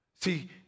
See